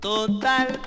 Total